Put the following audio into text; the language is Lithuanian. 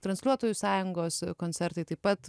transliuotojų sąjungos koncertai taip pat